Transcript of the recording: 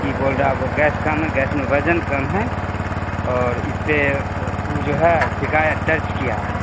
کہ بول رہا ہے وہ گیس کم ہے گیس میں وزن کم ہے اور اس سے او جو ہے شکایت درج کیا ہے